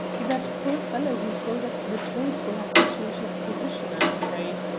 that poor fellow who sold us the toys will have to change his position, i am afraid.